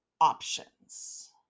options